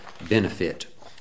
benefit